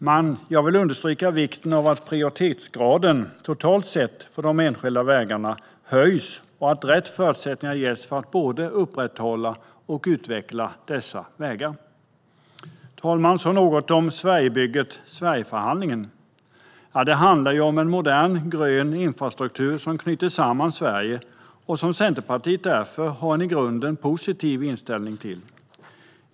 Men jag vill understryka vikten av att prioritetsgraden, totalt sett, för de enskilda vägarna höjs och att rätt förutsättningar ges för att både upprätthålla och utveckla dessa vägar. Herr talman! Jag vill säga något om Sverigebygget, eller Sverigeförhandlingen. Detta handlar om en modern grön infrastruktur som knyter samman Sverige och som Centerpartiet därför i grunden har en positiv inställning till.